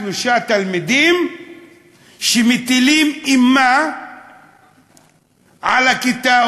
שלושה תלמידים שמטילים אימה על הכיתה,